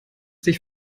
sich